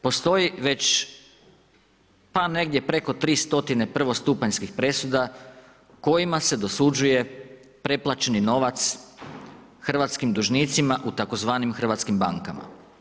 Postoji već, pa negdje preko 300 prvostupanjskih presuda, kojima se dosuđuje pretplaćeni novac hrvatskim dužnicima u tzv. hrvatskim bankama.